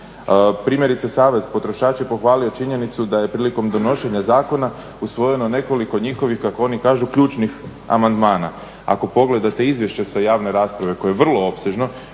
Primjerice Savez potrošača je pohvalio činjenicu da je prilikom donošenja zakona usvojeno nekoliko njihovih kako oni kažu ključnih amandmana. Ako pogledate izvješće sa javne rasprave koje je vrlo opsežno